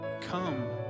Come